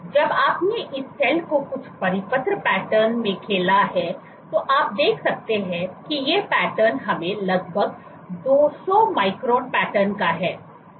जब आपने इस सेल को कुछ परिपत्र पैटर्न मे खेला है तो आप देख सकते हैं कि ये पैटर्न हमें लगभग 200 माइक्रोन पैटर्न का हैं